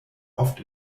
oft